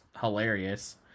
hilarious